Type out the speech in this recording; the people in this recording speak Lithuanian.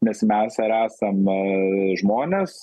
nes mes ar esam aa žmonės